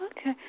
Okay